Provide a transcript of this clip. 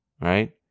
right